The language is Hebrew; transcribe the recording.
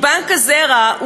כי בנק הזרע,